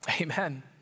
Amen